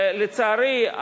לצערי,